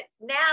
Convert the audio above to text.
now